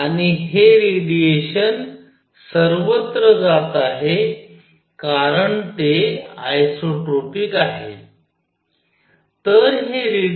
आणि हे रेडिएशन सर्वत्र जात आहे कारण ते आयसोट्रॉपिक आहे